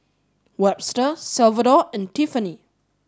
Webster Salvador and Tiffanie